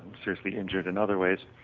seriously injured in other ways.